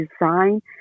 design